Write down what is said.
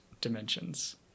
dimensions